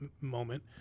moment